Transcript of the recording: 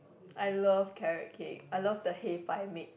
I love carrot cake I love the 黑白 mix